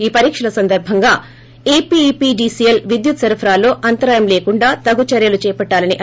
ఈ పరిక్షల సందర్భంగా ఎపిఇపిడిసిఎల్ విద్యుత్ సరఫరాలో అంతరాయం లేకుండా తగు చర్యలు చేపట్లాలని అన్నారు